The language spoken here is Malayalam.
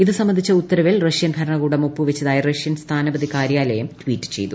ഇതു സംബന്ധിച്ച ഉത്തരവിൽ റഷ്യൻ ഭരണകൂടം ഒപ്പു വച്ചതായി റഷ്യൻ സ്ഥാനപതി കാര്യാലയം ട്വീറ്റ് ചെയ്തു